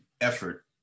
effort